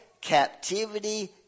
captivity